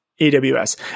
AWS